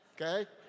okay